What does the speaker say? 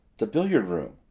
the billiard room.